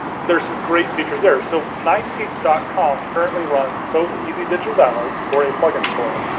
there's some great features there so nine seeds dot com currently runs both easy digital downloads for a plugin store,